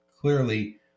clearly